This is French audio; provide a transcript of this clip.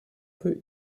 peut